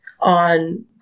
on